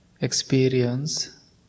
Experience